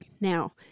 Now